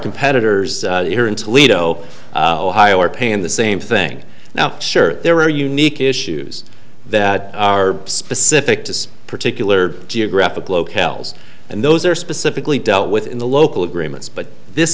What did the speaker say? competitors here in toledo ohio are paying the same thing now sure there are unique issues that are specific to particular geographic locales and those are specifically dealt with in the local agreements but